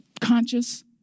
conscious